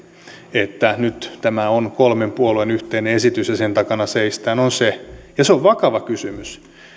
että nyt tämä on kolmen puolueen yhteinen esitys ja sen takana seistään on se ja se on vakava kysymys